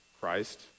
Christ